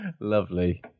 Lovely